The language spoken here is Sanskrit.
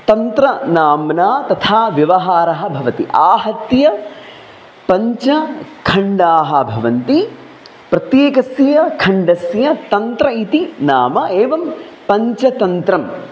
तन्त्र नाम्ना तथा व्यवहारः भवति आहत्य पञ्चखण्डाः भवन्ति प्रत्येकस्य खण्डस्य तन्त्र इति नाम एवं पञ्चतन्त्रम्